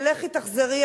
ולכי תחזרי,